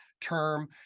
term